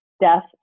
death